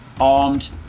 armed